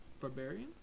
barbarian